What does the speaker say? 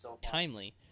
Timely